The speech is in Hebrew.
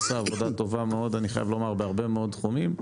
שעשה עבודה טובה מאוד בהרבה מאוד תחומים,